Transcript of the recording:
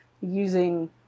using